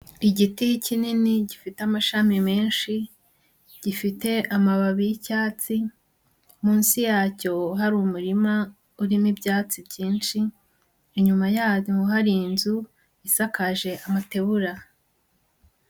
Igiti kinini gifite amashami menshi, gifite amababi y'icyatsi, munsi yacyo hari umurima urimo ibyatsi byinshi, inyuma yabyo hari inzu isakaje amategura.